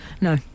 no